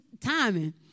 timing